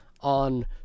on